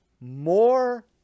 more